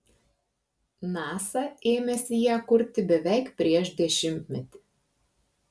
nasa ėmėsi ją kurti beveik prieš dešimtmetį